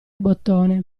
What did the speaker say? bottone